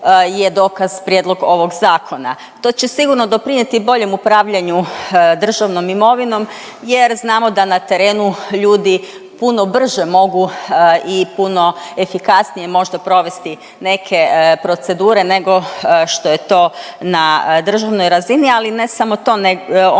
je dokaz prijedlog ovog Zakona. To će sigurno doprinijeti i boljem upravljanju državnom imovinom jer znamo da na terenu ljudi puno brže mogu i puno efikasnije možda provesti neke procedure, nego što je to na državnoj razini, ali i ne samo to, oni